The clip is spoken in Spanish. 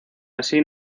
así